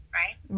right